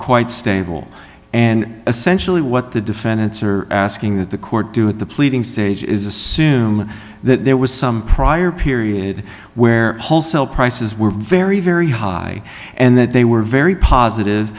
quite stable and essentially what the defendants are asking that the court do at the pleading stage is assume that there was some prior period where wholesale prices were very very high and that they were very positive